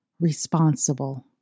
Responsible